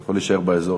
יכול להישאר באזור,